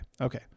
Okay